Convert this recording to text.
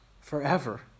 forever